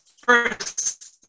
first